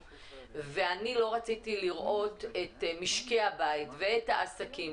ואני לא רציתי לראות את משקי הבית ואת העסקים